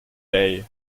day